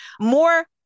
more